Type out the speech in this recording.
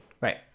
Right